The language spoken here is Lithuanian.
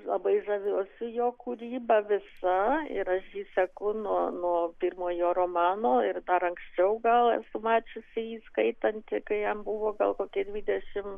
labai žaviuosi jo kūryba visa ir aš jį seku nuo nuo pirmojo romano ir dar anksčiau gal esu mačiusi jį skaitantį kai jam buvo gal kokie dvidešimt